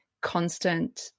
constant